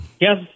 yes